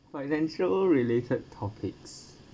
financial related topics